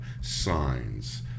signs